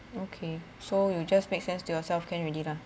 okay so you just makes sense to yourself can already lah